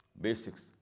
basics